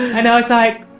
and i was like,